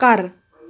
ਘਰ